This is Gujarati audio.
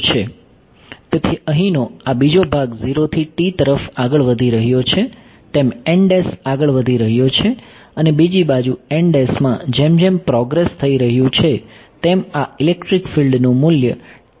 તેથી અહીંનો આ બીજો ભાગ 0 થી તરફ આગળ વધી રહ્યો છે તેમ આગળ વધી રહ્યો છે અને બીજી બાજુ માં જેમ જેમ પ્રોગ્રેસ થઈ રહ્યો છે તેમ આ ઇલેક્ટ્રિક ફિલ્ડનું મૂલ્ય વધતું જ રહે છે